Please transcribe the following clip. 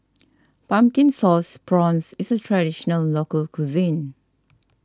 Pumpkin Sauce Prawns is a Traditional Local Cuisine